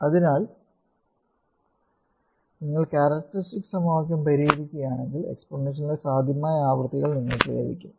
അതിനാൽ നിങ്ങൾ ക്യാരക്ടെറിസ്ടിക് സമവാക്യം പരിഹരിക്കുകയാണെങ്കിൽ എക്സ്പോണൻഷ്യലിന്റെ സാധ്യമായ ആവൃത്തികൾ നിങ്ങൾക്ക് ലഭിക്കും